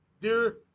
dear